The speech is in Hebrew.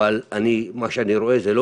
אבל ממה שאני רואה זה לא